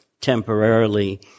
temporarily